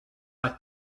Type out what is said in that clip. are